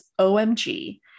OMG